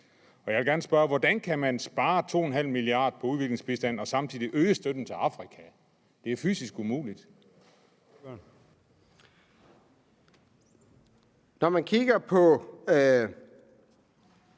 vil jeg gerne spørge: Hvordan kan man spare 2,5 mia. kr. på udviklingsbistanden og samtidig øge støtten til Afrika? Det er fysisk umuligt.